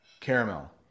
caramel